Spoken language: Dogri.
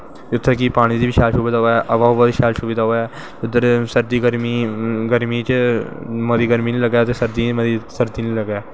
पानी दी बी शैल सुविधा होऐ उद्दर सर्दियैें गर्मियें च मती गर्मी नी लग्गै ते सर्दियें च मती सर्दू नी लग्गै